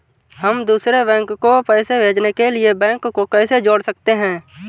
हम दूसरे बैंक को पैसे भेजने के लिए बैंक को कैसे जोड़ सकते हैं?